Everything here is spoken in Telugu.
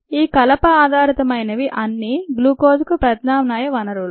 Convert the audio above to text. ఈ కలప ఆధారితమైనవి అన్ని గ్లూకోజ్ కు ప్రత్యామ్నాయ వనరులు